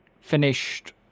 finished